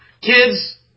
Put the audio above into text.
kids